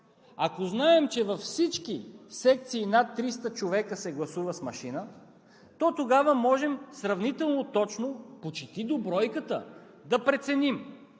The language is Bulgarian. Ако знаем, че във всички секции над 300 човека се гласува с машина, то тогава можем сравнително точно, почти до бройката, да преценим,